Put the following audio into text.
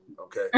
Okay